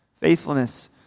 faithfulness